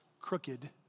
crooked